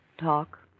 talk